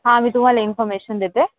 हां मी तुम्हाला इन्फर्मेशन देते